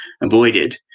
avoided